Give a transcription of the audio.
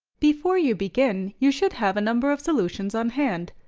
before you begin, you should have a number of solutions on hand.